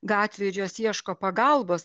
gatvėj ir jos ieško pagalbos